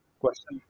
question